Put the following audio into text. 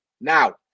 Now